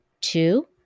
Two